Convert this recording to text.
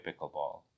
pickleball